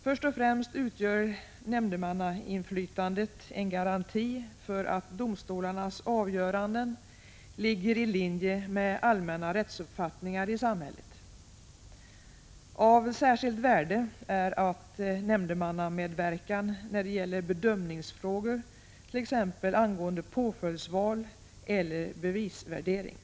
Först och främst utgör nämndemannainflytandet en garanti för att domstolarnas avgöranden ligger i linje med allmänna rättsuppfattningar i samhället. Av särskilt värde är nämndemannamedverkan när det gäller bedömningsfrågor, t.ex. angående påföljdsval eller bevisvärdering.